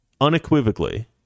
unequivocally